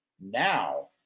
Now